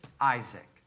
Isaac